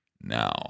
now